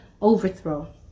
overthrow